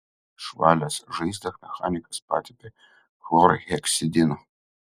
išvalęs žaizdą mechanikas patepė chlorheksidinu